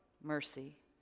mercy